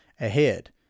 ahead